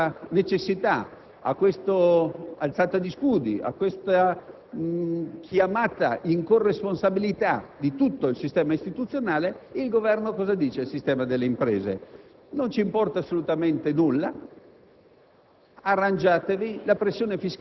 Di fronte a questa necessità, a questa alzata di scudi, a questa chiamata in corresponsabilità di tutto il sistema istituzionale, il Governo fa capire al sistema delle imprese che non gliene importa assolutamente nulla,